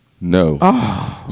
No